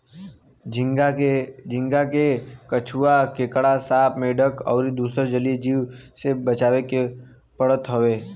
झींगा के कछुआ, केकड़ा, सांप, मेंढक अउरी दुसर जलीय जीव से बचावे के भी पड़त हवे